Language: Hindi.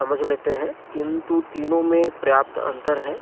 समझ लेते हैं किंतु तीनों में प्रयाप्त अंतर है